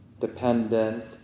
dependent